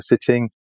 sitting